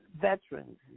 veterans